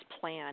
plan